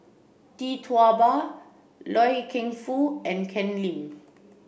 Tee Tua Ba Loy Keng Foo and Ken Lim